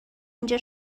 اینجا